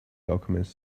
alchemist